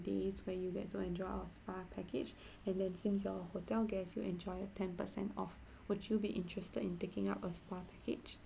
days when you get to enjoy our spa package and then since you are our hotel guest you will enjoy a ten per cent off would you be interested in taking up a spa package